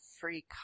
free